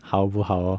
好不好